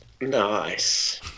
nice